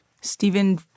Stephen